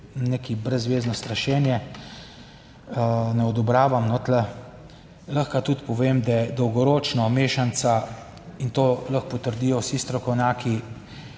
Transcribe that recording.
nekaj, brezvezno strašenje, ne odobravam, no tu. Lahko tudi povem, da je dolgoročno mešanica, in to lahko potrdijo vsi strokovnjaki,